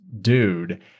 dude